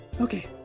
Okay